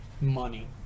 Money